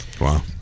Wow